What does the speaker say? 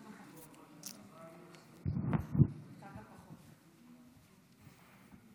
חבריי חברי הכנסת, מכובדיי השרים,